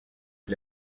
est